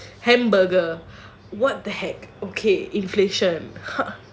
hamburger what the heck okay inflation !huh!